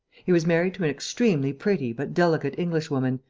he was married to an extremely pretty but delicate englishwoman,